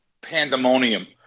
pandemonium